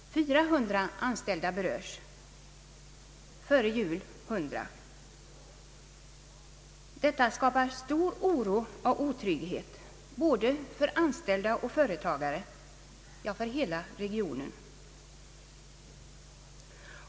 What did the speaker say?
400 anställda berörs, före jul var det 100 stycken. Detta skapar stor oro och otrygghet för både anställda och företagare, ja, för he la regionen.